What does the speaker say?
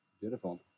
Beautiful